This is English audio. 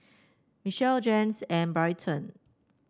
Michelle Janyce and Bryton